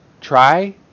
try